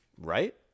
right